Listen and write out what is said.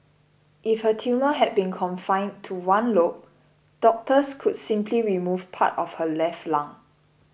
if her tumour had been confined to one lobe doctors could simply remove part of her left lung